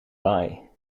baai